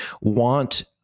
want